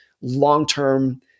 long-term